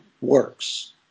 works